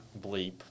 bleep